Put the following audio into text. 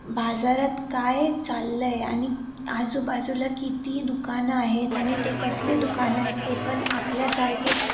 बाजारात काय चाललं आहे आणि आजूबाजूला किती दुकानं आहेत आणि ते कसले दुकानं आहेत ते पण आपल्यासारखेच